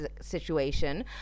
situation